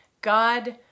God